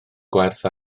gwerth